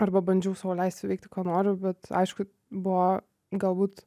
arba bandžiau sau leisti veikti ką noriu bet aišku buvo galbūt